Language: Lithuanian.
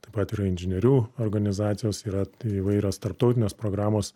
taip pat ir inžinierių organizacijos yra įvairios tarptautinės programos